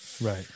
Right